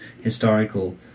historical